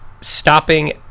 stopping